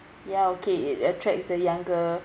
ya okay it attracts the younger